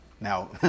Now